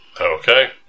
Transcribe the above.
Okay